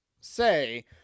Say